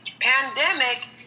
pandemic